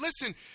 Listen